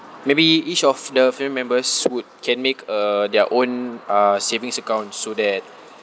maybe each of the family members would can make uh their own uh savings account so that